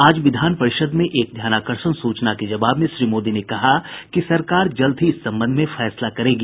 आज विधान परिषद् में एक ध्यानाकर्षण सूचना के जवाब में श्री मोदी ने कहा कि सरकार जल्द ही इस संबंध में फैसला करेगी